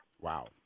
Wow